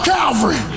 Calvary